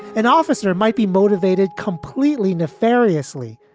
an officer might be motivated completely nefariously.